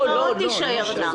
האימהות תישארנה.